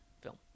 film